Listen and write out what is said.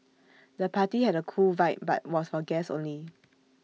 the party had A cool vibe but was for guests only